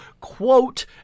quote